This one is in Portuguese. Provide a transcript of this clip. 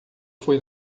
foi